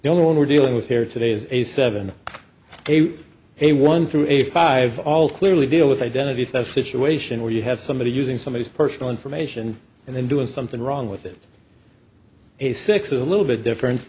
the only one we're dealing with here today is a seven a one through a five all clearly deal with identity theft situation where you have somebody using somebody's personal information and then doing something wrong with it a six is a little bit different